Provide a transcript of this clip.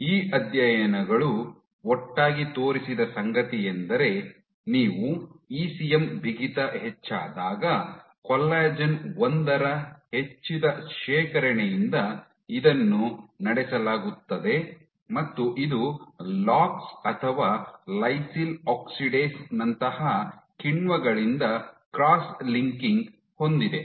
ಈ ಅಧ್ಯಯನಗಳು ಒಟ್ಟಾಗಿ ತೋರಿಸಿದ ಸಂಗತಿಯೆಂದರೆ ನೀವು ಇಸಿಎಂ ಬಿಗಿತ ಹೆಚ್ಚಾದಾಗ ಕೊಲ್ಲಾಜೆನ್ ಒಂದರ ಹೆಚ್ಚಿದ ಶೇಖರಣೆಯಿಂದ ಇದನ್ನು ನಡೆಸಲಾಗುತ್ತದೆ ಮತ್ತು ಇದು ಲಾಕ್ಸ್ ಅಥವಾ ಲೈಸಿಲ್ ಆಕ್ಸಿಡೇಸ್ ನಂತಹ ಕಿಣ್ವಗಳಿಂದ ಕ್ರಾಸ್ ಲಿಂಕಿಂಗ್ ಹೊಂದಿದೆ